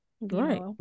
right